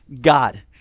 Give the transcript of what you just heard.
God